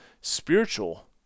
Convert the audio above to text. spiritual